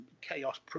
Chaos